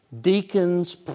deacons